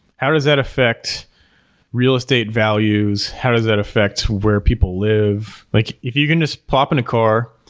how does that affect real estate values? how does that affect where people live? like if you can just pop in a car,